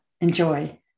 Enjoy